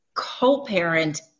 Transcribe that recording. co-parent